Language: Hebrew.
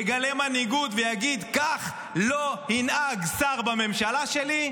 יגלה מנהיגות ויגיד: כך לא ינהג שר בממשלה שלי,